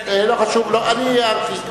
אני הערתי.